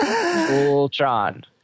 Ultron